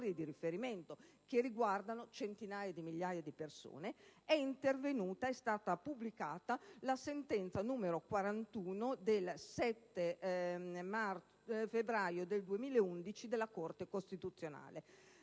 di riferimento che riguardano centinaia di migliaia di persone, è stata pubblicata la sentenza n. 41 del 7 febbraio 2011 della Corte costituzionale,